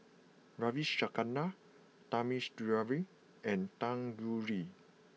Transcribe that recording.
Ravi Shankar Thamizhavel and Tanguturi